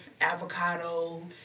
avocado